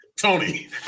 Tony